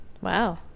Wow